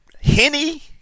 Henny